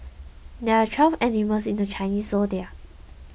there are twelve animals in the Chinese zodiac